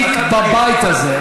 אתה חבר כנסת ותיק בבית הזה,